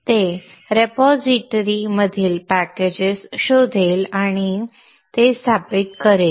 ते रेपॉजिटरी मधील पॅकेजेस शोधेल आणि शोधेल आणि ते स्थापित करेल